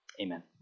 amen